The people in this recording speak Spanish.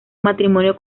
matrimonio